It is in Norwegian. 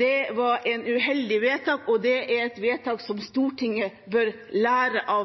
Det var et uheldig vedtak, og det var et vedtak som Stortinget bør lære av.